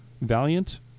Valiant